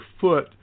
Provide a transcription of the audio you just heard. foot